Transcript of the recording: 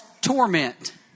torment